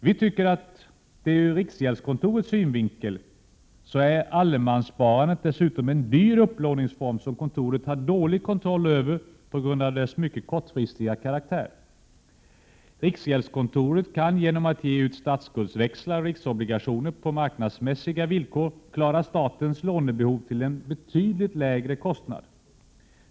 Vi tycker att ur riksgäldskontorets synvinkel är allemanssparandet dessutom en dyr upplåningsform, som kontoret har dålig kontroll över på grund av dess mycket kortfristiga karaktär. Riksgäldskontoret kan genom att ge ut statsskuldsväxlar och riksobligationer på marknadsmässiga villkor klara statens lånebehov till en betydligt lägre kostnad.